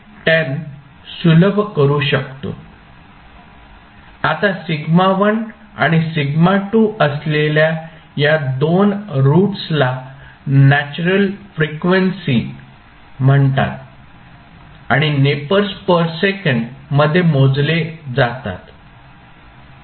आता σ1 आणि σ2 असलेल्या या 2 रूट्सला नॅचरल फ्रिक्वेन्सी म्हणतात आणि नेपर्स पर सेकंद मध्ये मोजले जातात